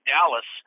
Dallas